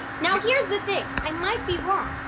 now here's the thing. i might be wrong.